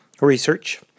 research